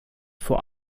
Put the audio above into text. vor